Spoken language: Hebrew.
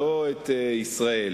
לא את ישראל.